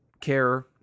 care